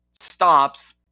stops